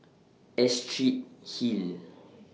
Astrid Hill